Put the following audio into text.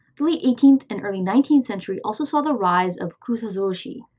the late eighteenth and early nineteenth century also saw the rise of kusazoushi,